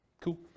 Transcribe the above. Cool